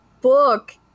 book